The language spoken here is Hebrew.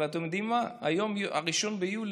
אבל אתם יודעים מה, היום 1 ביולי,